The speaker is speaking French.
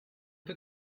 peu